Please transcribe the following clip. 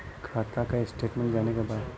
खाता के स्टेटमेंट जाने के बा?